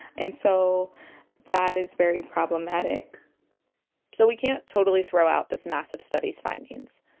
and so that is very problematic so, we can't totally throw out this massive study's findings.